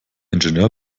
ingenieur